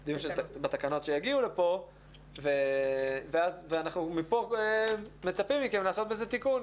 בתקנות שיגיעו לפה ואנחנו מפה מצפים מכם לעשות בזה תיקון.